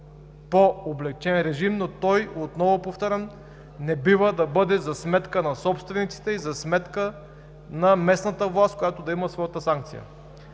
по-облекчен режим, но той, отново повтарям, не бива да бъде за сметка на собствениците и за сметка на местната власт, която да има своята санкция.